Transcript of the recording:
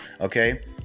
okay